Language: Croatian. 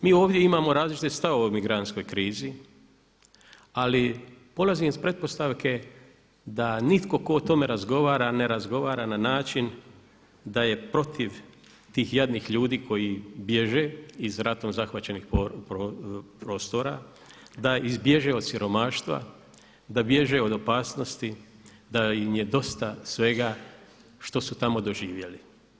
Mi ovdje imamo različite stavove o migrantskoj krizi ali polazim s pretpostavke da nitko ko o tome razgovara ne razgovara na način da je protiv tih jadnih ljudi koji bježe iz ratom zahvaćenih prostora, da bježe od siromaštva, da bježe od opasnosti, da im je dosta svega što su tamo doživjeli.